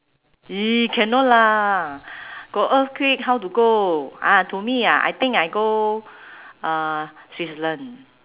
!ee! cannot lah got earthquake how to go ah to me ah I think I go uh switzerland